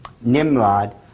Nimrod